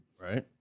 Right